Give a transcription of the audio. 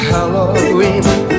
Halloween